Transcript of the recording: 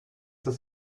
das